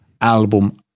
album